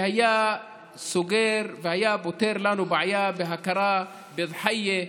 שהיה סוגר והיה פותר לנו בעיה בהכרה בדחייה,